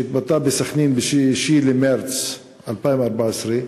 שהתבטא בסח'נין ב-6 במרס 2014,